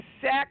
sex